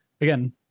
again